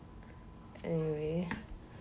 anyway